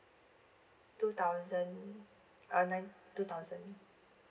two thousand uh nine two thousand